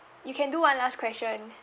you can do one last question